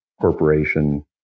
corporation